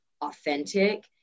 authentic